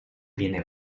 viene